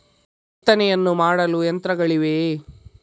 ಬಿತ್ತನೆಯನ್ನು ಮಾಡಲು ಯಂತ್ರಗಳಿವೆಯೇ?